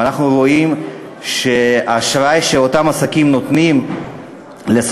ואנחנו רואים שהאשראי שאותם עסקים נותנים לספקים,